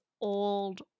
old